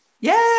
Yay